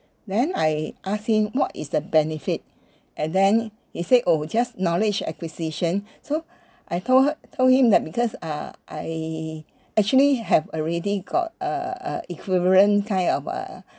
then I asked him what is the benefit and then he said oh it just knowledge acquisition so I told her told him that because uh I actually have already got uh uh a equivalent kind of uh